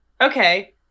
okay